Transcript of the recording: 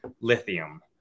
Lithium